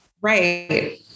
right